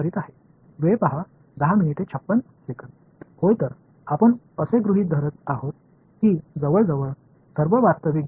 கிட்டத்தட்ட எல்லா நிஜ வாழ்க்கை சிக்கல்களையும் போலவே காந்தப் பொருட்களும் சுற்றி இல்லை என்று நாங்கள் கருதுகிறோம்